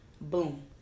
Boom